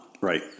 Right